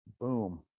boom